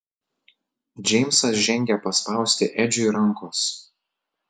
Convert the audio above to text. džeimsas žengė paspausti edžiui rankos